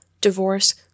divorce